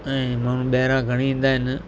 ऐं माण्हू ॿाहिरां घणेई ईंदा आहिनि